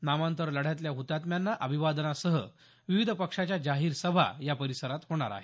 नामांतर लढ्यातल्या हतात्म्यांना अभिवादनासह विविध पक्षाच्या जाहीर सभा या परिसरात होणार आहेत